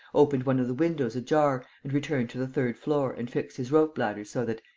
opened one of the windows ajar and returned to the third floor and fixed his rope-ladder so that,